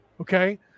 okay